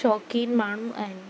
शौक़ीन माण्हू आहिनि